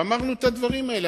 אמרנו את הדברים האלה,